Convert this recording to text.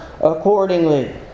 accordingly